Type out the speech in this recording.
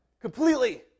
completely